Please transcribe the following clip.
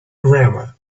grammar